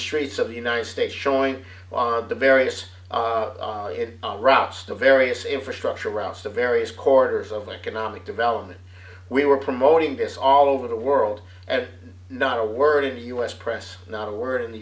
streets of the united states showing the various routes to various infrastructure routes to various corners of economic development we were promoting this all over the world and not a word in the u s press not a word in the